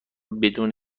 بدون